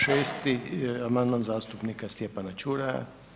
6. amandman zastupnika Stjepana Ćuraja.